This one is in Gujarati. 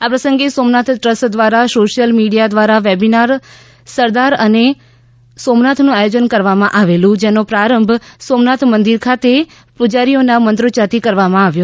આ પ્રસંગે સોમનાથ ટ્રસ્ટ દ્વારા શોશયલ મીડિયા દ્વારા વેબીનાર સરદાર અને સોમનાથનું આયોજન કરવામાં આવેલ જેમનો પ્રારંભ સોમનાથ મંદિર ખાતે પૂજારીઓના મંત્રોચ્યારથી કરવામાં આવેલ